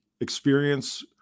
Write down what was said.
experience